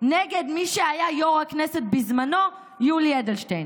נגד מי שהיה יו"ר הכנסת בזמנו יולי אדלשטיין.